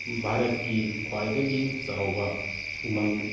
ꯚꯥꯔꯠꯀꯤ ꯈ꯭ꯋꯥꯏꯗꯒꯤ ꯆꯥꯎꯕ ꯎꯃꯪ